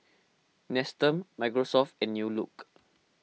Nestum Microsoft and New Look